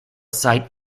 sight